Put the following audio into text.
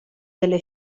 delle